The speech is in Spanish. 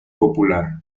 popular